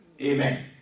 Amen